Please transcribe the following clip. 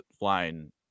line